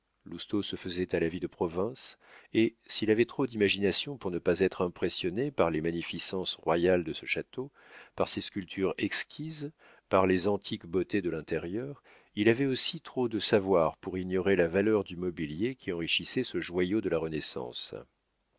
lousteau se faisait à la vie de province et s'il avait trop d'imagination pour ne pas être impressionné par les magnificences royales de ce château par ses sculptures exquises par les antiques beautés de l'intérieur il avait aussi trop de savoir pour ignorer la valeur du mobilier qui enrichissait ce joyau de la renaissance